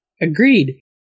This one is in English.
Agreed